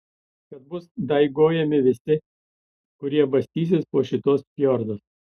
kad bus daigojami visi kurie bastysis po šituos fjordus